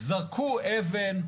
זרקו אבן,